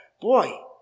Boy